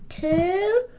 Two